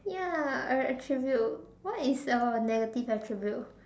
ya a attribute what is a negative attribute